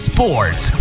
Sports